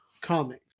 comic